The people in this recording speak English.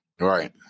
Right